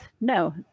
no